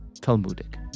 Talmudic